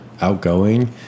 outgoing